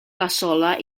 cassola